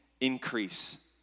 increase